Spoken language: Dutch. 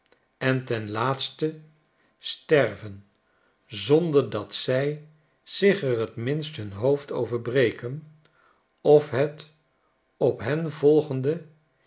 en ten laatste sterven zonder dat zij zich er t minst hun hoofd over breken of het op hen volgende